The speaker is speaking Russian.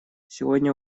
сегодня